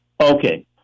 okay